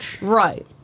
Right